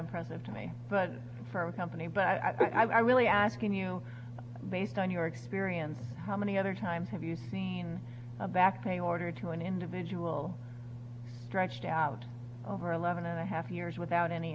present to me but for a company but i think i really asking you based on your experience how many other times have you seen a back pay order to an individual stretched out over eleven and a half years without any